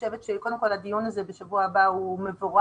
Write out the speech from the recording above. קודם כל, הדיון הזה בשבוע הבא הוא מבורך.